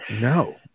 No